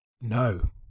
No